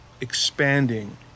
expanding